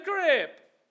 grip